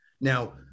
Now